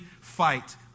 fight